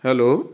hello